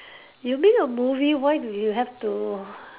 you mean a movie why do you have to